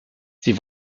sie